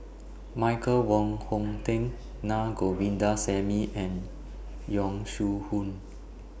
Michael Wong Hong Teng Na Govindasamy and Yong Shu Hoong